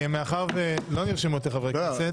מאחר ולא נרשמו יותר חברי כנסת